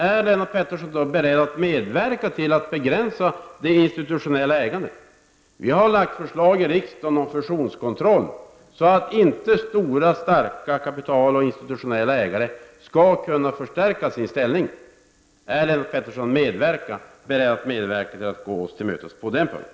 Är Lennart Pettersson då beredd att medverka till att begränsa det institutionella ägandet? Vi har lagt fram förslag i riksdagen om fusionskontroll så att inte stora starka kapitalägare och institutionella ägare skall kunna förstärka sin ställning. Är Lennart Pettersson beredd att gå oss till mötes på den punkten?